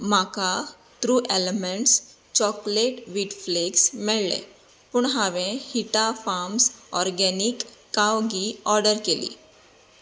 म्हाका true elements chocolate wheat flakes मेळ्ळें पूण हांवें हिटा फार्म्स ऑर्गेनिक काव घी ऑर्डर केल्ली